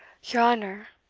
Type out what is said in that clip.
your honour,